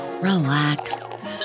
relax